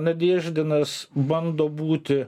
nadieždinas bando būti